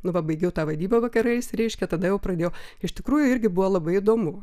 nu pabaigiau tą vaidybą vakarais reiškia tada jau pradėjau iš tikrųjų irgi buvo labai įdomu